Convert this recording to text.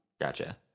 Gotcha